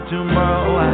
Tomorrow